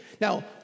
Now